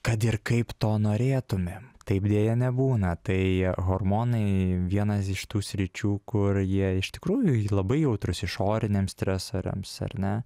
kad ir kaip to norėtumėm taip deja nebūna tai hormonai vienas iš tų sričių kur jie iš tikrųjų labai jautrūs išoriniam stresoriams ar ne